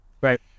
right